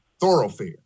thoroughfare